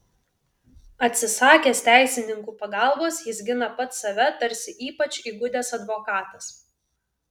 atsisakęs teisininkų pagalbos jis gina pats save tarsi ypač įgudęs advokatas